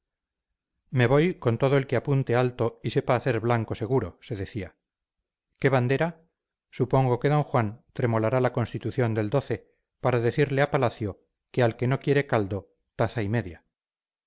me voy con todo el que apunte alto y sepa hacer blanco seguro se decía qué bandera supongo que d juan tremolará la constitución del para decirle a palacio que al que no quiere caldo taza y media